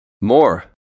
More